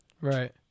right